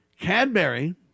Cadbury